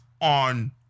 on